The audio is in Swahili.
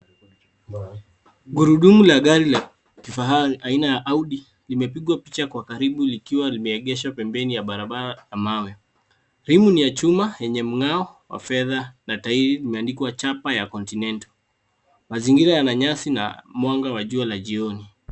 Gurudumu la gari ya kifahari aina ya audi limepigwa picha kwa karibu likiwa limeegeshwa pembeni ya barabara ya mawe. Rim ni ya chuma yenye mng'ao wa fedha na tairi imeandikwa chapa ya, Continental. Mazingira yana nyasi na mwanga wa jua la jioni.